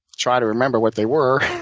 try to remember what they were.